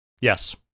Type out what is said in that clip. Yes